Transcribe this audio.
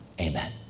Amen